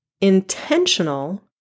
intentional